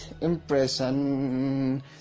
impression